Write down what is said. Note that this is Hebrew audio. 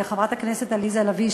וחברת הכנסת עליזה לביא,